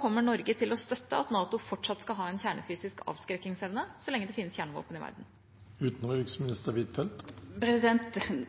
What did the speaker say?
kommer Norge til å støtte at NATO fortsatt skal ha en kjernefysisk avskrekkingsevne så lenge det finnes kjernevåpen i verden?